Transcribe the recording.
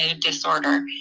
disorder